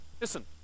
Listen